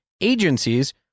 agencies